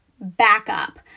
backup